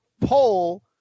poll